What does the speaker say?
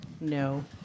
No